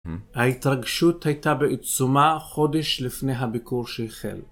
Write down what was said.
ההתרגשות הייתה בעיצומה חודש לפני הביקור שהחל.